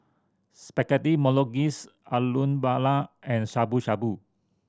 Spaghetti Bolognese Alu Matar and Shabu Shabu